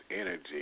energy